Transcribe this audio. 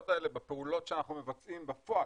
האלה בפעולות שאנחנו מבצעים בפועל,